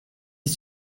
است